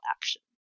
action